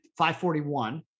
541